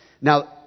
Now